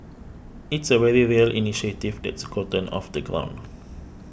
it's a very real initiative that's gotten off the ground